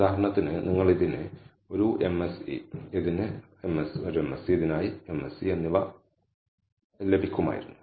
ഉദാഹരണത്തിന് നിങ്ങൾക്ക് ഇതിന് ഒരു MSE ഇതിന് MSE ഇതിനായി MSE എന്നിവ ലഭിക്കുമായിരുന്നു